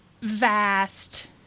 vast